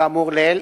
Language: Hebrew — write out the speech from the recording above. כאמור לעיל,